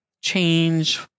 change